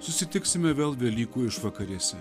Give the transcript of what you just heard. susitiksime vėl velykų išvakarėse